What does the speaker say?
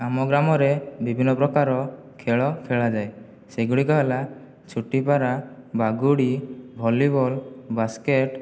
ଆମ ଗ୍ରାମରେ ବିଭିନ୍ନ ପ୍ରକାର ଖେଳ ଖେଳାଯାଏ ସେଗୁଡ଼ିକ ହେଲା ଛୋଟିପାରା ବାଗୁଡ଼ି ଭଲିବଲ ବାସ୍କେଟ୍